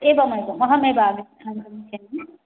एवं एवम् अहमेव आगच्छामि आगमिष्यामि